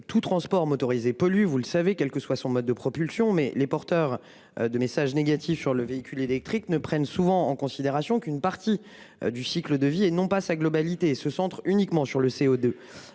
tout transport motorisé pollue, vous le savez, quel que soit son mode de propulsion mais les porteurs de messages négatifs sur le véhicule électrique ne prennent souvent en considération qu'une partie du cycle de vie et non pas sa globalité se centre uniquement sur le CO2.